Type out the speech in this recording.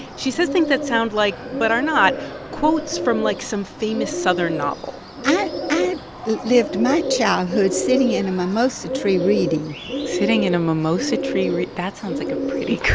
she says things that sound like but are not quotes from, like, some famous southern novel i lived my childhood sitting in a mimosa tree reading sitting in a mimosa tree that sounds like a pretty good